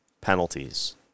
penalties